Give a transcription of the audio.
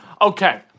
Okay